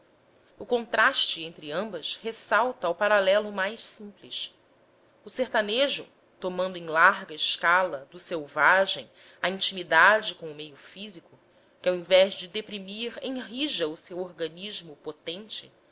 o contraste entre ambas ressalta ao paralelo mais simples o sertanejo tomando em larga escala do selvagem a intimidade com o meio físico que ao invés de deprimir enrija o seu organismo potente